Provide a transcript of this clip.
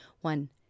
one